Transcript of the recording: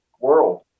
world